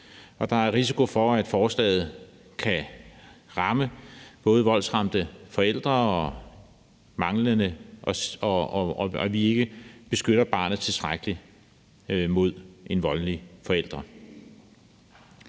der er risiko for, at forslaget både kan ramme voldsramte forældre, og at vi ikke beskytter barnet tilstrækkeligt mod en voldelig forælder.